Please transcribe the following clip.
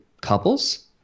couples